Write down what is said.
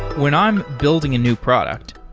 when i'm building a new product,